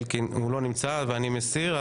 הוא לא נמצא ואני מסיר,